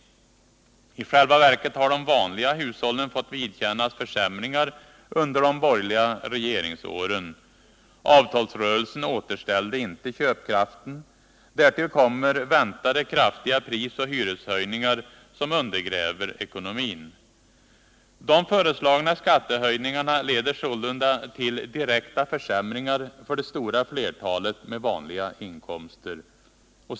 I själva verket har de vanliga hushållen fått vidkännas försämringar under de borgerliga regeringsåren. Avtalsrörelsen återställde inte köpkraften. Därtill kommer väntade kraftiga prisoch hyreshöjningar som undergräver ekonomin. De föreslagna skattehöjningarna leder sålunda till direkta försämringar för det stora flertalet med vanliga inkomster.